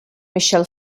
michel